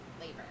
labor